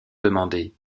demandé